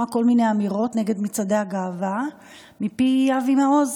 כל מיני אמירות נגד מצעדי הגאווה מפי אבי מעוז,